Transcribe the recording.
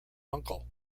uncle